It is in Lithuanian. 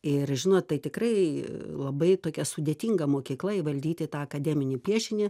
ir žinot tai tikrai labai tokia sudėtinga mokykla įvaldyti tą akademinį piešinį